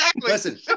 Listen